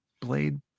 blade